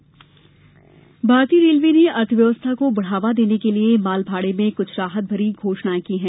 railway मालभाड़ा भारतीय railway ने अर्थव्यवस्था को बढ़ावा देने के लिए मालभाड़े में कुछ राहत भरी घोषणायें की है